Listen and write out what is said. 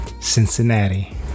Cincinnati